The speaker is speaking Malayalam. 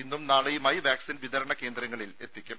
ഇന്നും നാളെയുമായി വാക്സിൻ വിതരണ കേന്ദ്രങ്ങളിൽ എത്തിക്കും